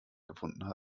gefunden